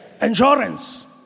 endurance